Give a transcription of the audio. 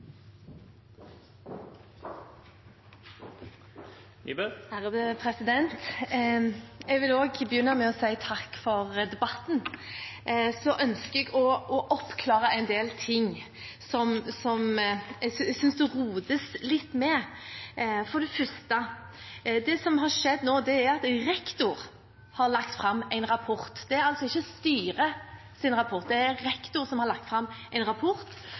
Jeg vil også begynne med å si takk for debatten. Jeg ønsker jeg å oppklare en del ting som jeg synes det rotes litt med. For det første: Det som har skjedd nå, er at rektor har lagt fram en rapport. Det er altså ikke styrets rapport, det er rektor som har lagt fram en rapport